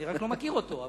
אני רק לא מכיר אותו.